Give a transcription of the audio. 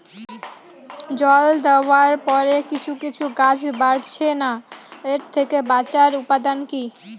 জল দেওয়ার পরে কিছু কিছু গাছ বাড়ছে না এর থেকে বাঁচার উপাদান কী?